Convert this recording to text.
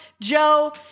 Joe